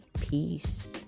Peace